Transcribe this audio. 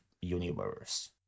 universe